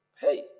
Hey